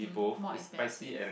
more expensive